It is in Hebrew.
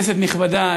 כנסת נכבדה,